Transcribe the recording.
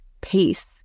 peace